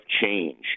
Change